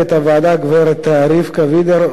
גברת רבקה וידר ולאה,